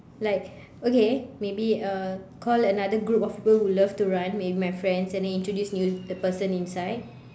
like okay maybe uh call another group of people who love to run maybe my friends and then introduce new the person instead